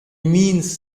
means